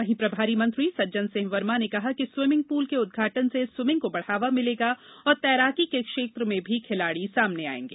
वही प्रभारी मंत्री सज्जनसिंह वर्मा ने कहा कि स्वीमिंग पूल के उद्घाटन से स्वीमिंग को बढ़ावा मिलेगा और तैराकी के क्षेत्र में भी खिलाड़ी सामने आयेंगे